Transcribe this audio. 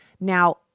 Now